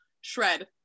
shred